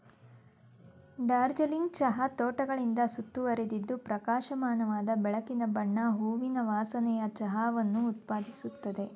ಡಾರ್ಜಿಲಿಂಗ್ ಚಹಾ ತೋಟಗಳಿಂದ ಸುತ್ತುವರಿದಿದ್ದು ಪ್ರಕಾಶಮಾನವಾದ ಬೆಳಕಿನ ಬಣ್ಣ ಹೂವಿನ ವಾಸನೆಯ ಚಹಾವನ್ನು ಉತ್ಪಾದಿಸುತ್ತದೆ